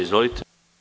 Izvolite.